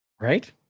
Right